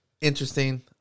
interesting